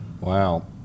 Wow